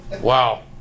Wow